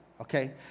Okay